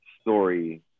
story